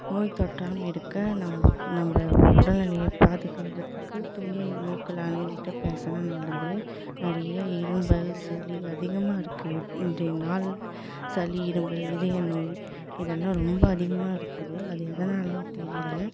நோய் தொற்றாமல் இருக்க நம்ப நம்ப உடல் நிலையை பாதுகாக்குறதுக்கு துணி மூக்கில் அணிஞ்சுட்டு பேசினா நல்லது நிறைய இரும்பல் சளி அதிகமாக இருக்குது இன்றைய நாளில் சளி இரும்பல் இதய நோய் இதெல்லாம் ரொம்ப அதிகமாக இருக்குது அது எதனால்ன்னு தெரியலை